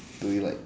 do you like